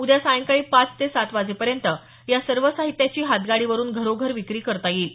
उद्या सायंकाळी पाच ते सात वाजेपर्यंत या सर्व साहित्याची हातगाडीवरून घरोघर विक्री करता येईल